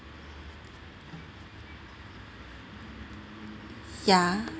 ya